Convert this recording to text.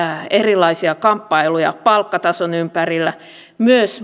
erilaisia kamppailuja palkkatason ympärillä myös